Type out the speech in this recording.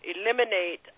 eliminate